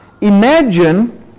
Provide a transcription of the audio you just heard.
Imagine